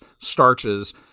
starches